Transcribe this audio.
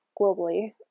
globally